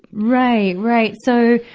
right, right. so,